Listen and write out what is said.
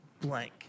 blank